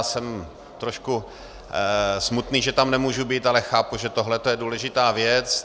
Jsem trošku smutný, že tam nemůžu být, ale chápu, že tohle je důležitá věc.